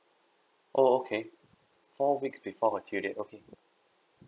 oh okay four weeks before her due date okay